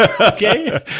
Okay